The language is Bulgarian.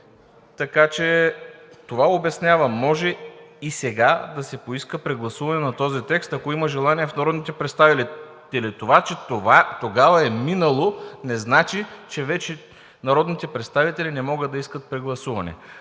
Това обяснява – може и сега да се поиска прегласуване на този текст, ако има желание в народните представители. Това, че тогава е минало, не значи, че вече народните представители не могат да искат прегласуване.